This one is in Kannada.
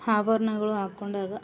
ಆಭರ್ಣಗಳು ಹಾಕೊಂಡಾಗ